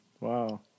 Wow